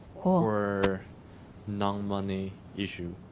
for no money issue.